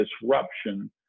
disruption